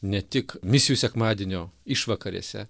ne tik misijų sekmadienio išvakarėse